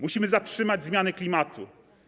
Musimy zatrzymać zmiany klimatu.